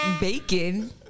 Bacon